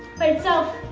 by itself.